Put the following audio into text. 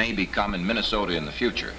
may become in minnesota in the future